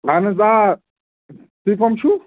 اَہَن حظ آ تُہۍ کٕم چھُو